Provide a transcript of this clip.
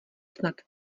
snad